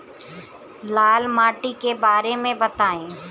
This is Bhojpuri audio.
लाल माटी के बारे में बताई